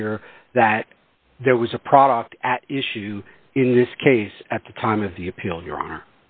here that there was a product at issue in this case at the time of the appeal your honor